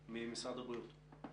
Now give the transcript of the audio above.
בבקשה, ממשרד הבריאות.